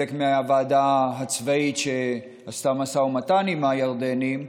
חלק מהוועדה הצבאית שעשתה משא ומתן עם הירדנים,